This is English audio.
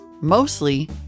mostly